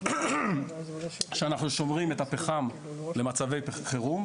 שאנחנו שומרים את הפחם למצבי חירום,